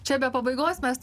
čia be pabaigos mes